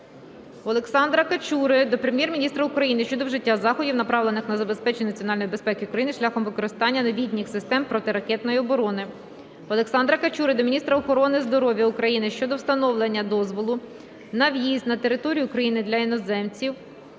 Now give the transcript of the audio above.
Олександра Качури до Прем'єр-міністра України щодо вжиття заходів направлених на забезпечення національної безпеки України шляхом використання новітніх систем протиракетної оборони. Олександра Качури до міністра охорони здоров'я України щодо встановлення дозволу на в'їзд на територію України для іноземців